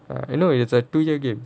I know it's a two year game